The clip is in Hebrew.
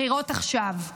בחירות עכשיו.